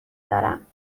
دارم